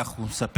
כך הוא מספר,